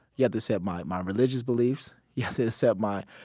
you have to set my, my religious beliefs. you have to set my,